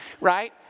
right